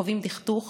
שחווים דכדוך